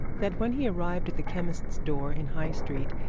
that when he arrived at the chemist's door in high street,